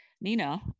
Nina